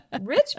Rich